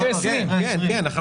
אחרי 20. לא.